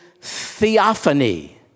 theophany